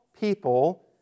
people